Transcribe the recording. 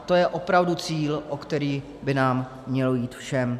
To je opravdu cíl, o který by nám mělo jít všem.